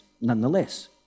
nonetheless